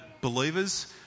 believers